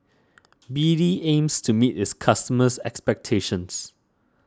B D aims to meet its customers' expectations